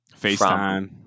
FaceTime